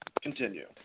Continue